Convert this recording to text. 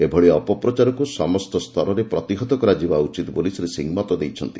ଏଭଳି ଅପପ୍ରଚାରକୁ ସମସ୍ତ ସ୍ତରରେ ପ୍ରତିହତ କରାଯିବା ଉଚିତ୍ ବୋଲି ଶୀ ସିଂହ ମତ ଦେଇଛନ୍ତି